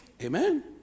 Amen